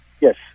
Yes